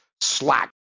Slack